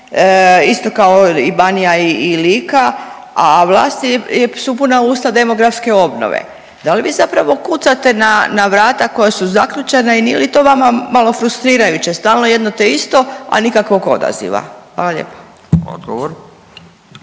isto kao i Banija i Lika, a vlasti su puna usta demografske obnove. Da li vi zapravo kucate na vrata koja su zaključana i nije li to vama malo frustrirajuće? Stalno jedno isto, a nikakvog odaziva. Hvala lijepa.